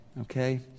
okay